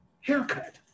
haircut